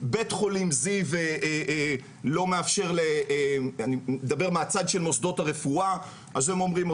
בית חולים זיו לא מאפשר אני מדבר מהצד של מוסדות הרפואה הם אומרים,